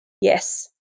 yes